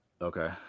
Okay